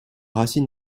racine